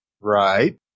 Right